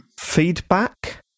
feedback